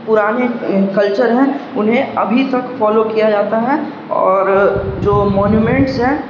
پرانے کلچر ہیں انہیں ابھی تک فالو کیا جاتا ہے اور جو مونیومینٹس ہیں